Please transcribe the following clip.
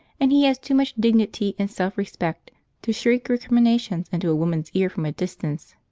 and he has too much dignity and self-respect to shriek recriminations into a woman's ear from a distance.